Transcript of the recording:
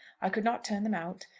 i could not turn them out.